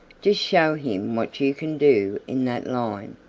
just show him what you can do in that line.